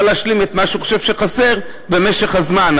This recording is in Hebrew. להשלים את מה שהוא חושב שחסר במשך הזמן,